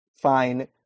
fine